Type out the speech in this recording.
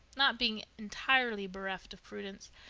not being entirely bereft of prudence,